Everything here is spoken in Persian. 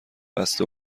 بسته